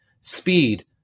speed